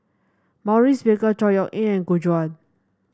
Maurice Baker Chor Yeok Eng and Gu Juan